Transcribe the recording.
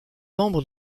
membres